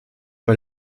bei